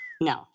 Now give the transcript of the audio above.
No